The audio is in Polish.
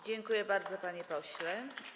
Dziękuję bardzo, panie pośle.